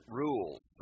rules